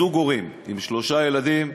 זוג הורים עם שלושה ילדים,